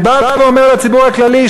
אני בא ואומר לציבור הכללי,